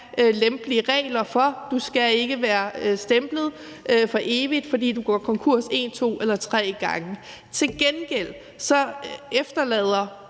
lempelige regler for. Du skal ikke være stemplet for evigt, fordi du går konkurs en, to eller tre gange. Til gengæld efterlader